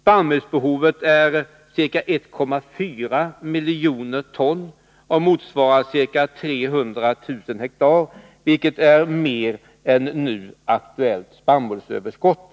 Spannmålsbehovet är ca 1,4 miljoner ton, och det motsvarar ca 300 000 ha, vilket är mer än det nu aktuella spannmålsöverskottet.